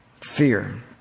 fear